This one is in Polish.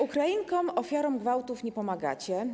Ukrainkom, ofiarom gwałtów nie pomagacie.